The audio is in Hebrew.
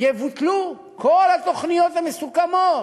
יבוטלו כל התוכניות המסוכמות,